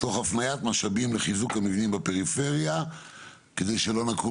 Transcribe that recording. תוך הפניית משאבים לחיזוק המבנים בפריפריה כדי שלא נקום